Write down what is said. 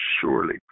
surely